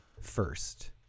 first